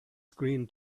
screen